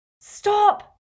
Stop